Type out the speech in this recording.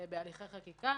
בהליכי חקיקה,